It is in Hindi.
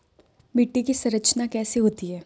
मिट्टी की संरचना कैसे होती है?